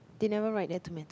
they never write there tomato